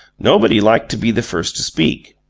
nobody liked to be the first to speak.